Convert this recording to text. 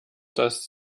dass